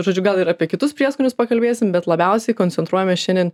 žodžiu gal ir apie kitus prieskonius pakalbėsim bet labiausiai koncentruojamės šiandien